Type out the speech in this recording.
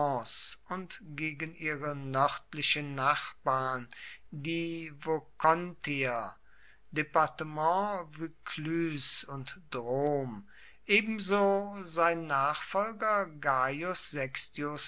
und gegen ihre nördlichen nachbarn die vocontier dept vaucluse und drme ebenso sein nachfolger gaius